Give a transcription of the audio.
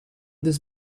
this